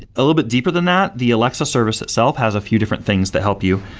a little bit deeper than that, the alexa service itself has a few different things that help you.